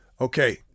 Okay